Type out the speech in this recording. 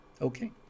Okay